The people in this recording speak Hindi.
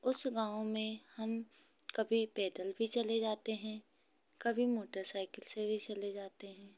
उस गाँव में हम कभी पैदल भी चले जाते हैं कभी मोटरसाइकिल से भी चले जाते हैं